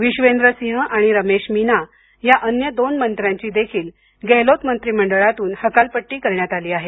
विबेंद्र सिंह आणि रमेश मिना या अन्य दोन मंत्र्यांची देखील गहलोत मंत्रिमंडळातून हकालपट्टी करण्यात आली आहे